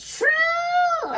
true